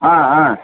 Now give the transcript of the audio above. ஆ ஆ